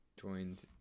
joined